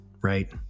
right